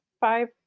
Five